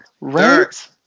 right